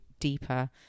Deeper